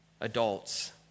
adults